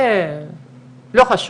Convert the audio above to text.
זה לא חשוב,